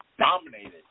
dominated